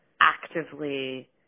actively